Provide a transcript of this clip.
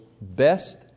best